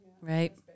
right